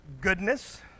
goodness